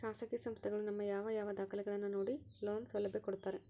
ಖಾಸಗಿ ಸಂಸ್ಥೆಗಳು ನಮ್ಮ ಯಾವ ಯಾವ ದಾಖಲೆಗಳನ್ನು ನೋಡಿ ಲೋನ್ ಸೌಲಭ್ಯ ಕೊಡ್ತಾರೆ?